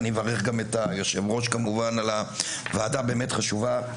ואני מברך כמובן את היושב-ראש על הוועדה הבאמת חשובה,